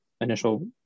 initial